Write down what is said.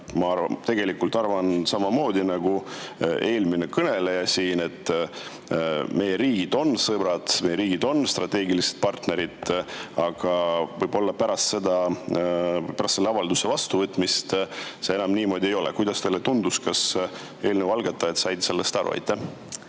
Ma tegelikult arvan samamoodi nagu eelmine kõneleja, et meie riigid on sõbrad, meie riigid on strateegilised partnerid, aga võib-olla pärast selle avalduse vastuvõtmist see enam niimoodi ei ole. Kuidas teile tundus, kas eelnõu algatajad said sellest aru?